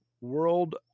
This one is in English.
World